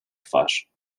twarz